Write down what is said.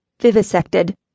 VIVISECTED